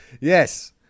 Yes